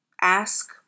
Ask